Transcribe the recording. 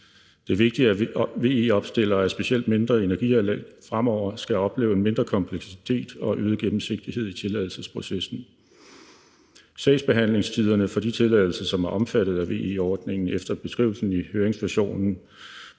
er vigtigt, at VE-opstillere af specielt mindre energianlæg fremover skal opleve en mindre kompleksitet og øget gennemsigtighed i tilladelsesprocessen. Sagsbehandlingstiderne for de tilladelser, som er omfattet af VE-ordningen efter beskrivelsen i høringsversionen,